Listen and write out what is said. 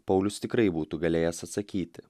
paulius tikrai būtų galėjęs atsakyti